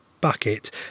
bucket